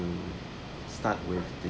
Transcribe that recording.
start with the